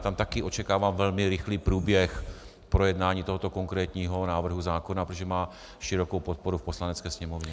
Tam také očekávám velmi rychlý průběh projednání tohoto konkrétního návrhu zákona, protože má širokou podporu v Poslanecké sněmovně.